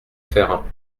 faire